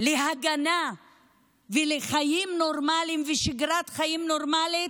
להגנה ולחיים נורמליים ולשגרת חיים נורמלית,